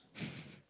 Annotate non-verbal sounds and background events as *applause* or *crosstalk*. *breath*